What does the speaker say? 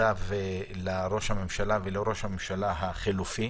לראש הממשלה ולראש הממשלה החלופי,